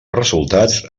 resultats